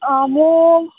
आमोई